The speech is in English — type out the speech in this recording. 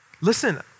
Listen